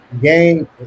game